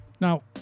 Now